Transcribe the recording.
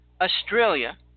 Australia